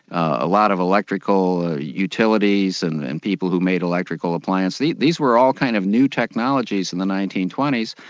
a lot of electrical ah utilities and and people who made electrical appliances, these were all kind of new technologies in the nineteen twenty s,